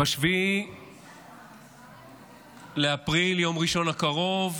ב-7 באפריל, יום ראשון הקרוב,